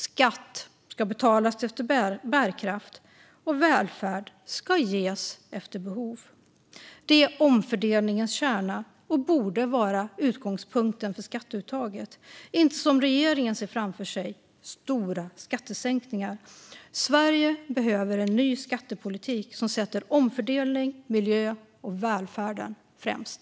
Skatt ska betalas efter bärkraft och välfärd ges efter behov. Det är omfördelningens kärna och borde vara utgångspunkten för skatteuttaget. Det kan inte vara så som regeringen ser framför sig, det vill säga stora skattesänkningar. Sverige behöver en ny skattepolitik som sätter omfördelning, miljö och välfärd främst.